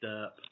up